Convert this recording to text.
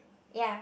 ya